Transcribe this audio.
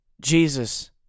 Jesus